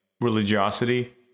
religiosity